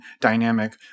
dynamic